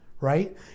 right